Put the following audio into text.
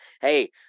hey